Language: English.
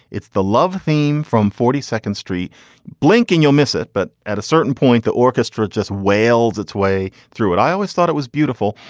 it's the love theme from forty second street blinking. you'll miss it, but at a certain point the orchestra just wails its way through it. i always thought it was beautiful.